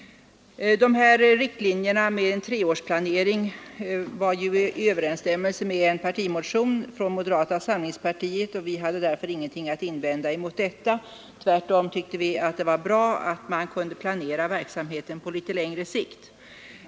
De här riktlinjerna med en treårsplanering är ju i överensstämmelse med en partimotion från moderata samlingspartiet, och vi hade därför ingenting att invända mot dem. Tvärtom tyckte vi att det var bra att man kunde planera verksamheten på litet längre sikt.